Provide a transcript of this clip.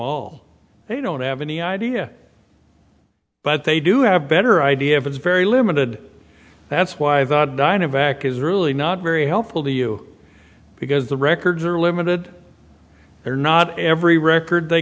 all they don't have any idea but they do have better idea if it's very limited that's why the dyna back is really not very helpful to you because the records are limited they're not every record they